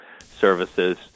Services